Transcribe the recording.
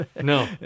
No